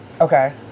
Okay